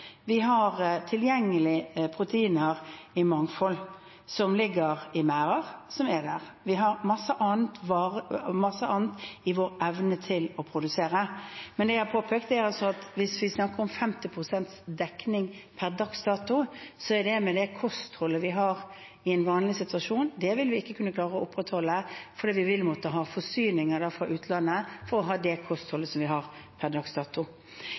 Vi har tilgjengelig proteiner i mangfold, som ligger i merder, som er der. Vi har også masse annet i vår evne til å produsere. Men det jeg har påpekt, er at hvis vi snakker om 50 pst. dekning per dags dato, så er det med det kostholdet vi har i en vanlig situasjon. Det vil vi ikke kunne klare å opprettholde, fordi vi ville måtte ha forsyninger fra utlandet for å ha det kostholdet vi har per dags dato.